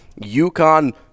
UConn